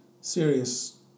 serious